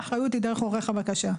האחריות היא דרך עורך הבקשה.